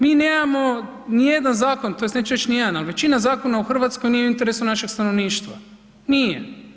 Mi nemamo nijedan zakon tj. neću reći nijedan, ali većina zakona u Hrvatskoj nije u interesu našeg stanovništva, nije.